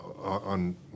on